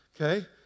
Okay